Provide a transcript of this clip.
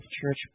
church